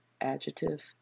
adjective